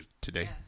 today